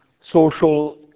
social